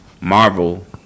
Marvel